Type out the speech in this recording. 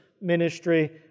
ministry